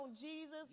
Jesus